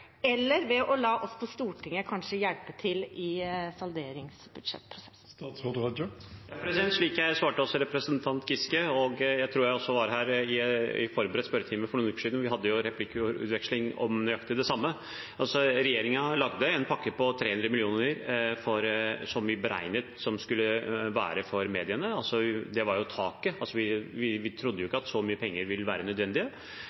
eller ved å la Stortinget kanskje hjelpe til i salderingsbudsjettet. Slik jeg svarte også representanten Giske, og jeg tror også i forberedt spørretime for noen uker siden – vi hadde jo replikkutveksling om nøyaktig det samme: Regjeringen lagde en pakke på 300 mill. kr som vi beregnet skulle være for mediene. Det var taket, vi trodde jo ikke at så mye penger ville være nødvendig, og vi